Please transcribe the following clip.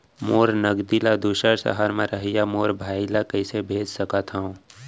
मोर नगदी ला दूसर सहर म रहइया मोर भाई ला कइसे भेज सकत हव?